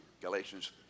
Galatians